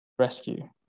rescue